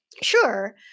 sure